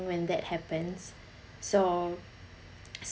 when that happens so